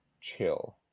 chill